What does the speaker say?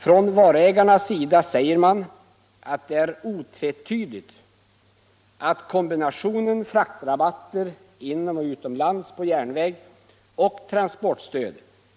Från varuägarnas sida säger man att det är otvetydigt att kombinationen fraktrabatter inomoch utomlands på järnväg och transportstöd